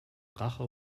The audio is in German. rache